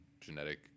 genetic